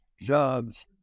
jobs